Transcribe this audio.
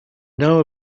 know